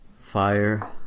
Fire